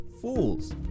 fools